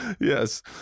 yes